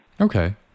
Okay